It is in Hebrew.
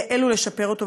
לייעל ולשפר אותו,